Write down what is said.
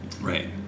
Right